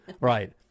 Right